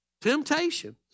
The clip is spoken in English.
Temptation